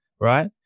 Right